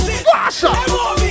faster